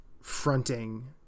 fronting